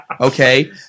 okay